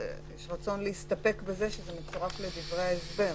יש רצון להסתפק בזה שזה מצורף לדברי ההסבר.